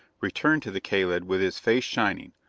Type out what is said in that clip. returned to the kalid with his face shining,